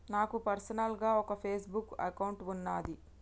నాకు పర్సనల్ గా ఒక ఫేస్ బుక్ అకౌంట్ వున్నాది